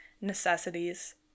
necessities